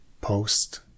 post